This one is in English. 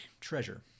treasure